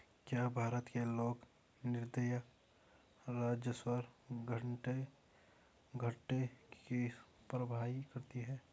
क्या भारत के लोक निधियां राजस्व घाटे की भरपाई करती हैं?